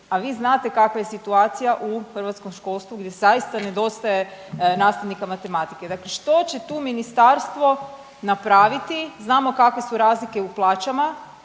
a vi znate kakva je situacija u hrvatskom školstvu gdje zaista nedostaje nastavnika matematike, dakle što će tu ministarstvo napraviti, znamo kakve su razlike u plaćamo,